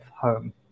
home